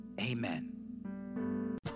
Amen